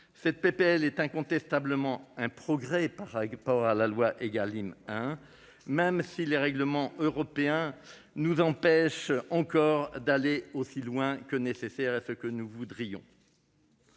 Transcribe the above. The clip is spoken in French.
Ce texte est incontestablement un progrès par rapport à la loi Égalim 1, même si les règlements européens nous empêchent encore d'aller aussi loin que voulu et que nécessaire.